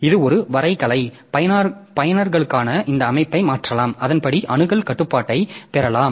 இது ஒரு வரைகலை பயனர்களுக்கான இந்த அமைப்பை மாற்றலாம் அதன்படி அணுகல் கட்டுப்பாட்டைப் பெறலாம்